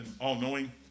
all-knowing